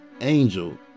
Angel